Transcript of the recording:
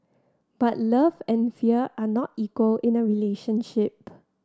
but love and fear are not equal in a relationship